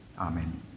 Amen